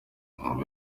ubu